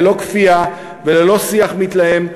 ללא כפייה וללא שיח מתלהם,